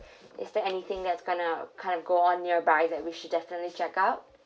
is there anything that's gonna kind of go on nearby that we should definitely check out